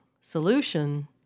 solution